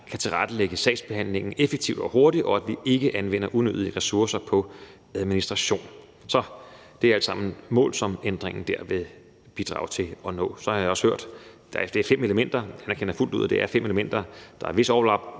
kan tilrettelægge sagsbehandlingen effektivt og hurtigt, og at vi ikke anvender unødige ressourcer på administration. Det er alle sammen mål, som ændringen vil bidrage til at vi når. Det er fem elementer – jeg erkender fuldt ud, at det er fem elementer – og der er et vist overlap